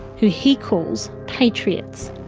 who he calls patriots.